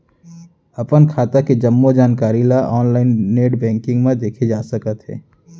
अपन खाता के जम्मो जानकारी ल ऑनलाइन नेट बैंकिंग म देखे जा सकत हे